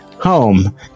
home